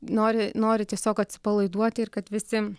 nori nori tiesiog atsipalaiduoti ir kad visi